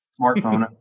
smartphone